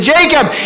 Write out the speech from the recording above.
Jacob